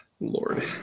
Lord